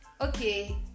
Okay